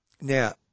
Now